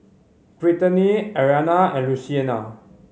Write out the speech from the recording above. Brittany Ariana and Luciana